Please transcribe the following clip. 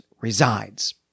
resides